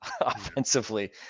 offensively